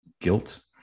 guilt